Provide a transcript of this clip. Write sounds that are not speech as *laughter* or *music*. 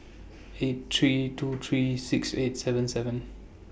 *noise* eight three two three six eight seven seven